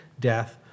death